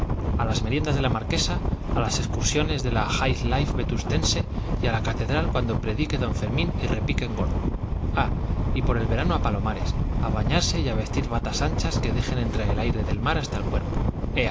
a las meriendas de la marquesa a las excursiones de la high life vetustense y a la catedral cuando predique don fermín y repiquen gordo ah y por el verano a palomares a bañarse y a vestir batas anchas que dejen entrar el aire del mar hasta el cuerpo